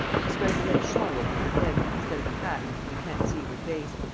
she's wearing a lace shawl over her head, instead of a hat, and you can't see her face.